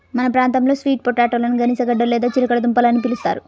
మన ప్రాంతంలో స్వీట్ పొటాటోలని గనిసగడ్డలు లేదా చిలకడ దుంపలు అని పిలుస్తారు